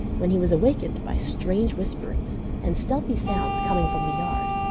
when he was awakened by strange whisperings and stealthy sounds coming from the yard.